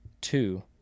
Two